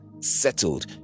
settled